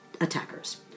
attackers